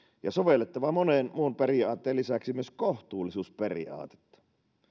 ja sovellettava monen muun periaatteen lisäksi myös kohtuullisuusperiaatetta